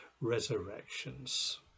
resurrections